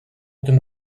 tym